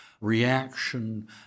reaction